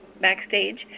backstage